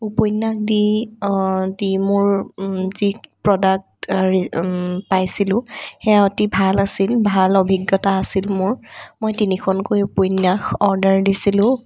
উপন্যাস দি দি মোৰ যি প্ৰডাক্ট হেৰি পাইছিলোঁ সেয়া অতি ভাল আছিল ভাল অভিজ্ঞতা আছিল মোৰ মই তিনিখনকৈ উপন্যাস অৰ্ডাৰ দিছিলোঁ